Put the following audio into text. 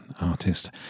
artist